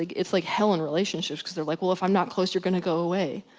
like it's like hell in relationships, because they're like well if i'm not close you're gonna go away.